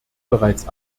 bereits